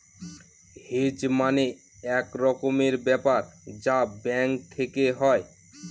hedge মানে এক রকমের ব্যাপার যা ব্যাঙ্ক থেকে হয়